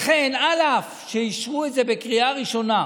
לכן, אף שאישרו את זה בקריאה ראשונה,